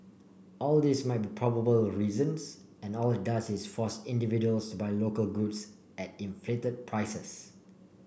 all these might be probable reasons and all it does is force individuals to buy local goods at inflated prices